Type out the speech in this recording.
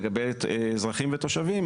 לגבי אזרחים ותושבים,